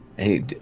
Hey